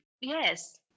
Yes